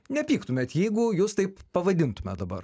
nepyktumėt jeigu jus taip pavadintume dabar